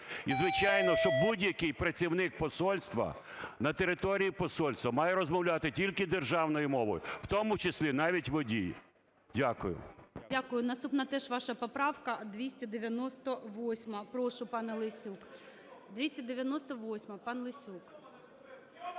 І звичайно, що будь-який працівник посольства на території посольства має розмовляти тільки державною мовою, в тому числі навіть водії. Дякую. ГОЛОВУЮЧИЙ. Дякую. Наступна теж ваша поправка - 298. Прошу, пане Лесюк. 298-а, пан Лесюк.